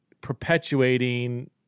perpetuating